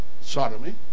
sodomy